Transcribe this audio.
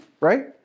right